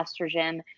estrogen